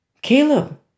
Caleb